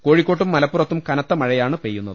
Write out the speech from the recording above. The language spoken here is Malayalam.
കോഴിക്കോട്ടും മലപ്പുറത്തും കനത്ത മഴയാണ് പെയ്യുന്നത്